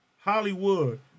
Hollywood